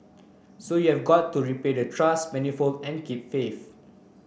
so you've got to repay the trust manifold and keep faith